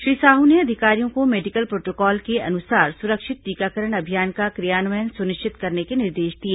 श्री साहू ने अधिकारियों को मेडिकल प्रोटोकॉल के अनुसार सुरक्षित टीकाकरण अभियान का क्रियान्वयन सुनिश्चित करने के निर्देश दिए